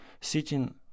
Sitting